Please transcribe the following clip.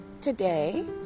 Today